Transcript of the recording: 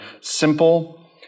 simple